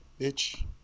bitch